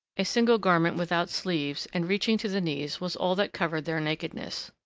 a single garment without sleeves and reaching to the knees was all that covered their nakedness.